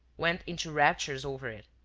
went into raptures over it.